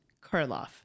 Karloff